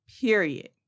period